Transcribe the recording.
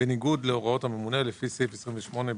בניגוד להוראות הממונה לפי סעיף 28ב(ב)".